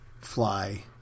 fly